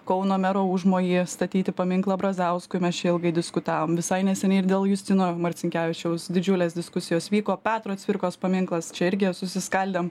kauno mero užmojį statyti paminklą brazauskui mes čia ilgai diskutavom visai neseniai ir dėl justino marcinkevičiaus didžiulės diskusijos vyko petro cvirkos paminklas čia irgi susiskaldėm